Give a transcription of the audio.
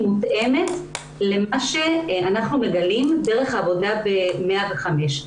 מותאמת למה שאנחנו מגלים דרך העבודה ב-105.